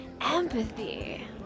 empathy